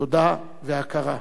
תודה והכרה,